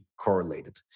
correlated